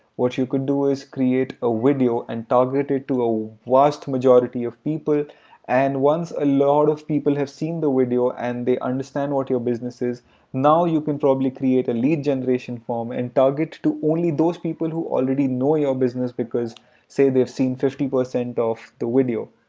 what you could do is create a video and target it to a vast majority of people and once a lot of people have seen the video and they understand what your business is now you can probably create a lead generation form and target to only those people who already know your business because say they've seen fifty percent of the video.